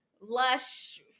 lush